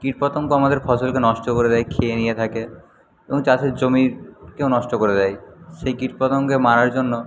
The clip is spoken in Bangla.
কীটপতঙ্গ আমাদের ফসলকে নষ্ট করে দেয় খেয়ে নিয়ে থাকে এবং চাষের জমিকেও নষ্ট করে দেয় সেই কীটপতঙ্গকে মারার জন্য